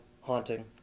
haunting